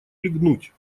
лягнуть